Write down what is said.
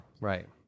right